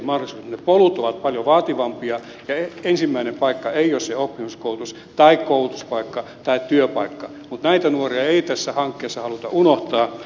ne polut ovat paljon vaativampia ja ensimmäinen paikka ei ole se oppisopimuskoulutus tai koulutuspaikka tai työpaikka mutta näitä nuoria ei tässä hankkeessa haluta unohtaa